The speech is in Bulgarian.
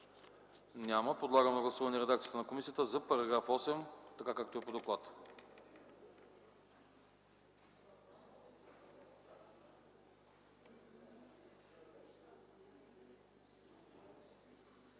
Няма. Подлагам на гласуване редакцията на комисията за § 5, така както е по доклада.